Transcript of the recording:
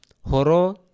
Horo